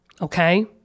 Okay